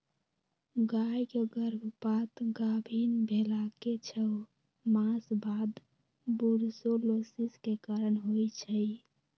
गाय के गर्भपात गाभिन् भेलाके छओ मास बाद बूर्सोलोसिस के कारण होइ छइ